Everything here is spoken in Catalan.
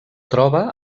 troba